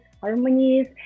harmonies